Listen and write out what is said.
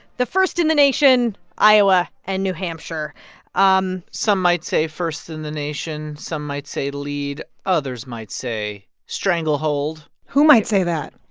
the first in the nation iowa and new hampshire um some might say first in the nation. some might say lead. others might say stranglehold who might say that?